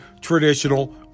traditional